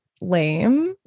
lame